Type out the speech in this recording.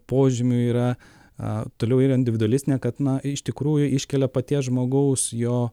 požymių yra a toliau ir individualistinė kad na iš tikrųjų iškelia paties žmogaus jo